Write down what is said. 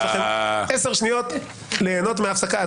הישיבה ננעלה בשעה 11:00.